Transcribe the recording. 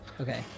Okay